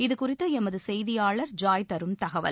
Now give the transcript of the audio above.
இதுகுறித்து எமது செய்தியாளர் ஜாய் தரும் தகவல்